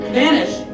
vanish